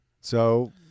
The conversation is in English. So-